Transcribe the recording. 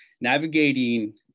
navigating